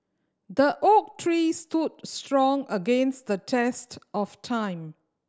the oak tree stood strong against the test of time